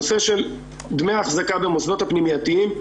הנושא של דמי אחזקה במוסדות הפנימייתיים,